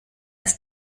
ist